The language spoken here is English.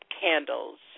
candles